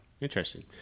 Interesting